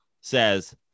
says